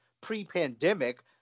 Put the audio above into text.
pre-pandemic